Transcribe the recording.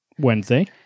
Wednesday